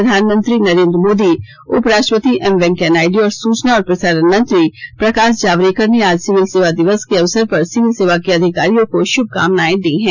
प्रधानमंत्री नरेन्द्र मोदी उप राष्ट्रवपति एम वेंकैया नायड् और सुचना और प्रसारण मंत्री प्रकाश जावडेकर ने आज सिविल सेवा दिवस के अवसर पर सिविल सेवा के अधिकारियों को शुभकामनाएं दी हैं